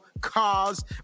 cars